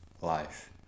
life